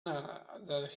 that